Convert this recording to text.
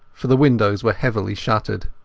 for the windows were heavily shuttered.